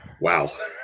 wow